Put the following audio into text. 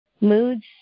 moods